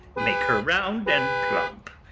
make her round and plump,